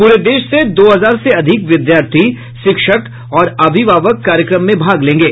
पूरे देश से दो हजार से अधिक विद्यार्थी शिक्षक और अभिभावक कार्यक्रम में भाग लेंगे